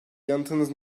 yanıtınız